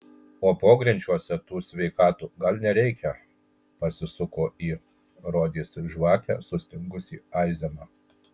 o pogrindžiuose tų sveikatų gal nereikia pasisuko į rodėsi žvake sustingusį aizeną